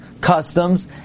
customs